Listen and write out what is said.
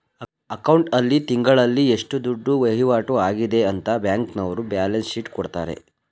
account ಆಲ್ಲಿ ತಿಂಗಳಲ್ಲಿ ಎಷ್ಟು ದುಡ್ಡು ವೈವಾಟು ಆಗದೆ ಅಂತ ಬ್ಯಾಂಕ್ನವರ್ರು ಬ್ಯಾಲನ್ಸ್ ಶೀಟ್ ಕೊಡ್ತಾರೆ